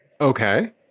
Okay